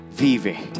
vive